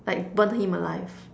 like burn him alive